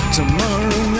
Tomorrow